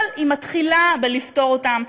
אבל היא מתחילה לפתור אותן,